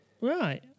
Right